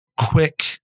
quick